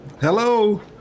Hello